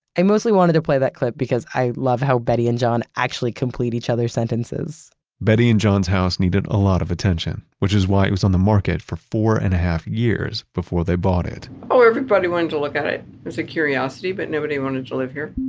i mostly wanted to play that clip because i love how betty and john actually complete each other's sentences betty and john's house needed a lot of attention, which is why it was on the market for four and a half years before they bought it oh, everybody wanted to look at it as a curiosity, but nobody wanted to live here.